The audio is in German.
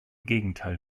gegenteil